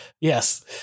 yes